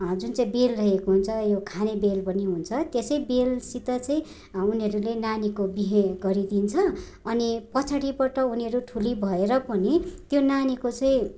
जुन चाहिँ बेल लगेको हुन्छ यो खाने बेल पनि हुन्छ त्यसै बेलसित चाहिँ उनीहरूले नानीको बिहे गरिदिन्छ अनि पछाडिबाट उनीहरू ठुली भएर पनि त्यो नानीको चाहिँ